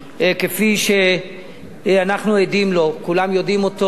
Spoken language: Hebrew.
כפי שאנחנו עדים לו, כולם יודעים אותו,